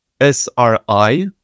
SRI